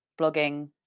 blogging